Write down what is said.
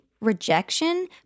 rejection